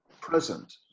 present